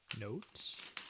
Notes